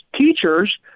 teachers